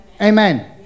Amen